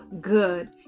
good